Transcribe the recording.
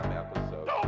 episode